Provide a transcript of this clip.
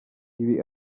ibi